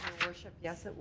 worship, yes, ah